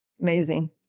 Amazing